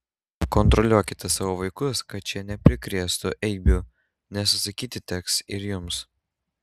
kontroliuokite savo vaikus kad šie neprikrėstų eibių nes atsakyti teks ir jums